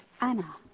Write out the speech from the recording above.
Anna